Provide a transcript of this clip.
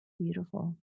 Beautiful